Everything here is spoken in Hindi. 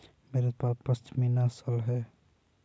मेरे पास पशमीना शॉल है